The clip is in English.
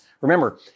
Remember